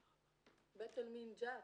בית עלמין ג'ת,